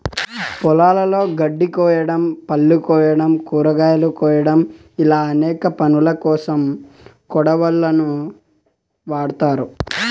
పొలాలలో గడ్డి కోయడం, పళ్ళు కోయడం, కూరగాయలు కోయడం ఇలా అనేక పనులకోసం కొడవళ్ళను వాడ్తారు